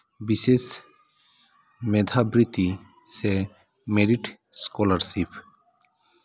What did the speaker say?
ᱵᱤᱥᱮᱥ ᱢᱮᱫᱷᱟ ᱵᱨᱤᱛᱛᱤ ᱥᱮ ᱢᱮᱨᱤᱴ ᱮᱥᱠᱚᱞᱟᱨᱥᱤᱯ